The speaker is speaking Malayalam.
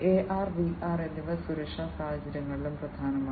എആർ വിആർ എന്നിവ സുരക്ഷാ സാഹചര്യങ്ങളിലും പ്രധാനമാണ്